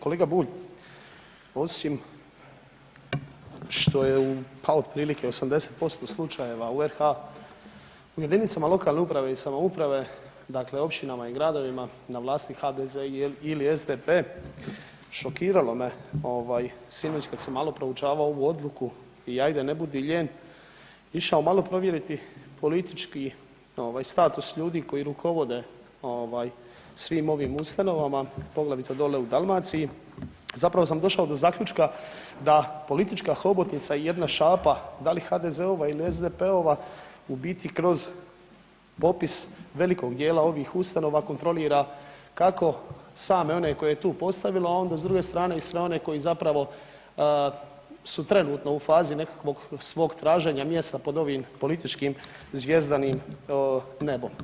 Kolega Bulj, osim što je u, a otprilike 80% slučajeva u RH u jedinicama lokalne uprave i samouprave, dakle općinama i gradovima na vlasti HDZ ili SDP šokiralo me ovaj sinoć kad sam malo proučavao ovu odluku i ajde ne budi lijen išao malo provjeriti politički ovaj status ljudi koji rukovode ovaj svim ovim ustanovama, poglavito dolje u Dalmaciji zapravo sam došao do zaključka da politička hobotnica je jedna šapa da li HDZ-ova ili SDP-ova u biti kroz popis velikog dijela ovih ustanova kontrolira kako same one koje je tu postavila, a onda s druge strane i sve one koji zapravo su trenutno u fazi nekakvog svog traženja mjesta pod ovim političkim zvjezdanim nebom.